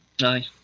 Aye